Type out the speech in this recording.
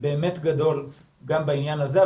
באמת גדול גם בעניין הזה.